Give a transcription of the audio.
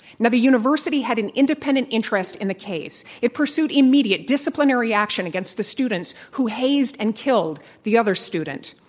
now, the university had an independent interest in the case. it pursued immediate disciplinary action against the students who hazed and killed the other student.